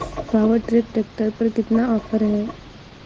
Power track tractor पर कितना offer है?